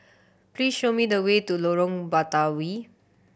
please show me the way to Lorong Batawi